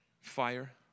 fire